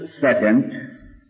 Second